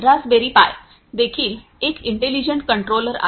Raspberry Pi देखील एक intelligent controller आहे